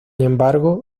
embargo